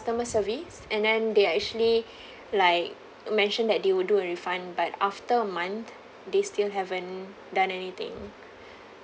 service and then they actually like mentioned that they will do a refund but after a month they still haven't done anything